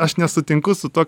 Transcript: aš nesutinku su tuo